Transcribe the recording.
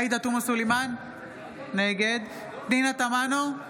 עאידה תומא סלימאן, נגד פנינה תמנו,